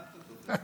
מה אתה נתפס על